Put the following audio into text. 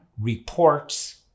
reports